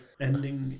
ending